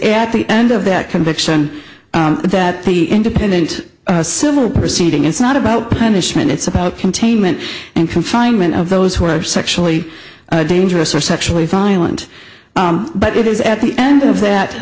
at the end of that conviction that the independent civil proceeding is not about punishment it's about containment and confinement of those who are sexually dangerous or sexually violent but it is at the end of that